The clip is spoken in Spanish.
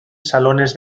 salones